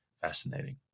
fascinating